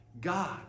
God